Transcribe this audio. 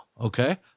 okay